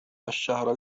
الشهر